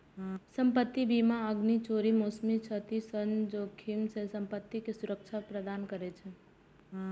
संपत्ति बीमा आगि, चोरी, मौसमी क्षति सन जोखिम सं संपत्ति कें सुरक्षा प्रदान करै छै